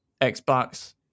Xbox